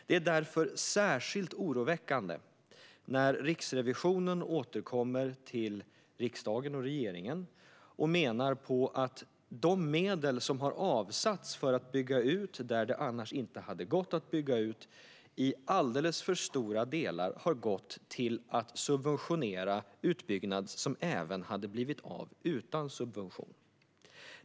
Det är därför särskilt oroväckande när Riksrevisionen återkommer till riksdagen och regeringen och menar att de medel som har avsatts för att bygga ut bredband där det annars inte hade gått att bygga ut i alldeles för stora delar har gått till att subventionera utbyggnad som även hade blivit av utan subvention.